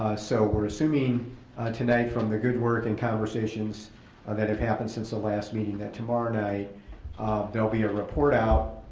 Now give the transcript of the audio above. so we're assuming tonight, from the good work and conversations that have happened since the last meeting, that tomorrow night there'll be a report out,